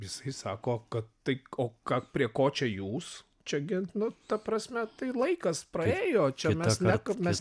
jisai sako kad tai o ką prie ko čia jūs čia gi nu ta prasme tai laikas praėjo čia mes ne kad mes